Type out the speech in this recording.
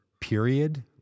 period